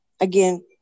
again